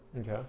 Okay